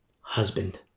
husband